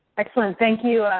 excellent. thank you,